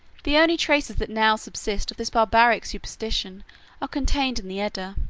the only traces that now subsist of this barbaric superstition are contained in the edda,